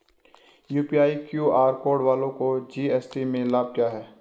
UPI QR code वालों को GST में लाभ क्या है?